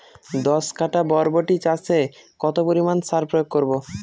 দশ কাঠা বরবটি চাষে কত পরিমাণ সার প্রয়োগ করব?